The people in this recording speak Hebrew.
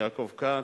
יעקב כץ,